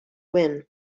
win